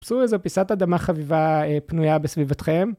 חפשו איזו פיסת אדמה חביבה פנויה בסביבתכם.